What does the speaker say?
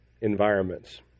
environments